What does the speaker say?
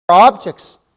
objects